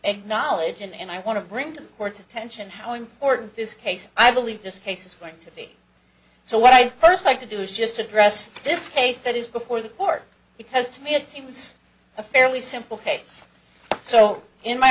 acknowledge and i want to bring to the court's attention how important this case i believe this case is going to be so what i first like to do is just address this case that is before the court because to me it seems a fairly simple case so in my